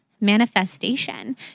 manifestation